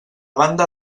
banda